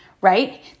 right